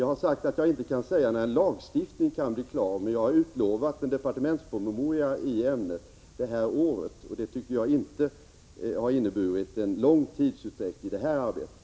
Jag har sagt att jag inte kan uttala mig om när ett lagförslag kan föreligga, men jag har utlovat en-departementspromemoria i ämnet det här året. Detta tycker jag inte har inneburit en lång tidsutdräkt i det här arbetet.